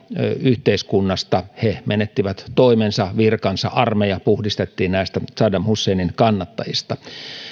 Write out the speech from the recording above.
yhteiskunnasta he menettivät toimensa virkansa armeija puhdistettiin näistä saddam husseinin kannattajista